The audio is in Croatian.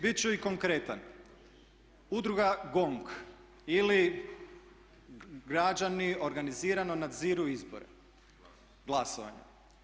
Biti ću i konkretan, Udruga GONG ili građani organizirano nadziru izbore, glasovanje.